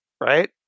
Right